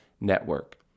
network